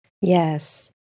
Yes